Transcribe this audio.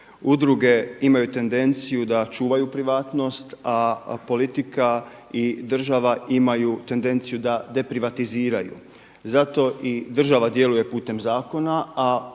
Udruge imaju tendenciju da čuvaju privatnost, a politika i država imaju tendenciju da deprivatiziraju zato i država djeluje putem zakona,